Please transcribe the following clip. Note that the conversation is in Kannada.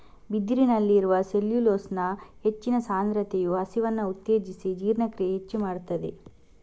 ಬಿದಿರಿನಲ್ಲಿರುವ ಸೆಲ್ಯುಲೋಸ್ನ ಹೆಚ್ಚಿನ ಸಾಂದ್ರತೆಯು ಹಸಿವನ್ನ ಉತ್ತೇಜಿಸಿ ಜೀರ್ಣಕ್ರಿಯೆ ಹೆಚ್ಚು ಮಾಡ್ತದೆ